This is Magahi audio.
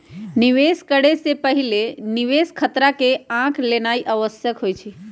निवेश करे से पहिले निवेश खतरा के आँक लेनाइ आवश्यक होइ छइ